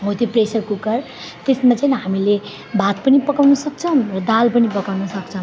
हो त्यो pressure cooker त्यसमा चाहिँ हामीले भात पनि पकाउनु सक्छौँ र दाल पनि पकाउनु सक्छौँ